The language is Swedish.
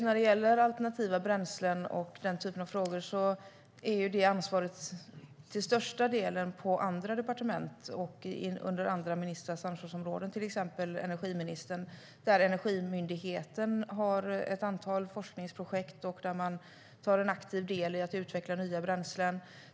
När det gäller alternativa bränslen och den typen av frågor ligger det ansvaret till största delen på andra departement och under andra ministrars ansvarsområde, till exempel energiministern, där Energimyndigheten har ett antal forskningsprojekt och där man tar en aktiv del i att utveckla nya bränslen.